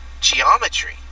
geometry